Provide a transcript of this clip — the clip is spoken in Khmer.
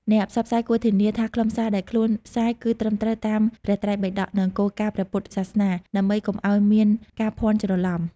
អ្នកផ្សព្វផ្សាយគួរធានាថាខ្លឹមសារដែលខ្លួនផ្សាយគឺត្រឹមត្រូវតាមព្រះត្រៃបិដក និងគោលការណ៍ព្រះពុទ្ធសាសនា ដើម្បីកុំឲ្យមានការភាន់ច្រឡំ។